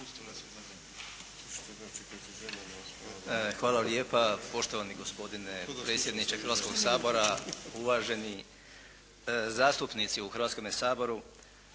Hvala lijepa. Poštovani gospodine predsjedniče Hrvatskoga sabora, uvaženi zastupnici u Hrvatskome saboru.